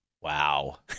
Wow